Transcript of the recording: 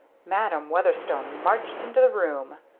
madam weatherstone marched into the room.